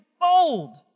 bold